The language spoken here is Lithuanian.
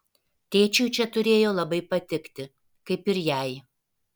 tėčiui čia turėjo labai patikti kaip ir jai